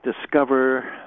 discover